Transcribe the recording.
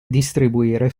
distribuire